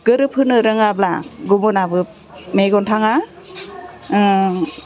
गोरोबहोनो रोङाब्ला गुबुनाबो मेगन थाङा